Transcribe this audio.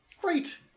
Great